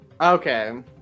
okay